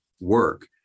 work